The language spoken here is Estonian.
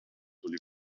tuli